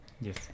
Yes